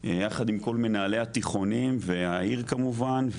יחד עם כל מנהלי התיכונים והעיר כמובן,